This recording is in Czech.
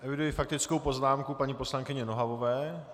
Eviduji faktickou poznámku paní poslankyně Nohavové.